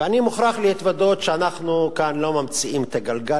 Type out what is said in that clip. ואני מוכרח להתוודות שאנחנו כאן לא ממציאים את הגלגל.